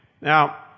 Now